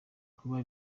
kuba